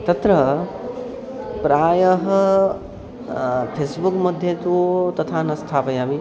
तत्र प्रायः फ़ेस्बुक् मध्ये तु तथा न स्थापयामि